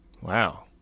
Wow